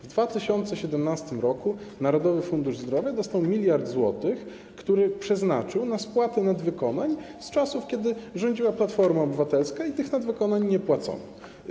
W 2017 r. Narodowy Fundusz Zdrowia dostał 1 mld zł, który przeznaczył na spłaty nadwykonań z czasów, kiedy rządziła Platforma Obywatelska i tych nadwykonań nie płacono.